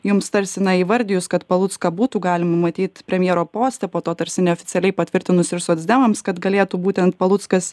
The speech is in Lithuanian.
jums tarsi na įvardijus kad palucką būtų galima pamatyt premjero poste po to tarsi neoficialiai patvirtinus ir socdemams kad galėtų būtent paluckas